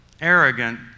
arrogant